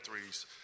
threes